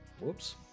Whoops